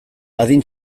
adin